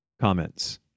Comments